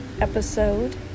episode